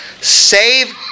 save